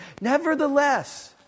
nevertheless